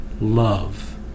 love